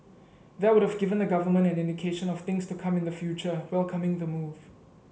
that would've given the Government an indication of things to come in the future welcoming the move